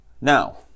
now